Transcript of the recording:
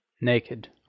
Naked